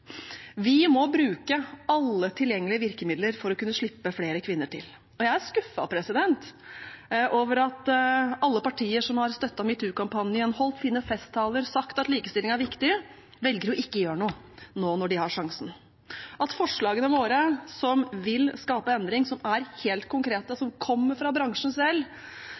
Vi må bruke alle tilgjengelige virkemidler for å kunne slippe flere kvinner til. Jeg er skuffet over at alle partier som har støttet metoo-kampanjen, holdt fine festtaler og sagt at likestilling er viktig, velger ikke å gjøre noe, nå når de har sjansen. At forslagene våre – som vil skape endring, som er helt konkrete, som kommer fra bransjen selv,